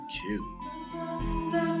two